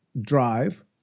drive